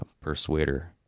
persuader